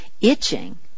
itching